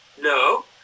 No